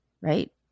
right